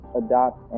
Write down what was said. adopt